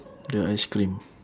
the ice cream